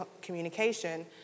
communication